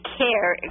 care